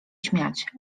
śmiać